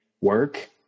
work